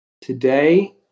Today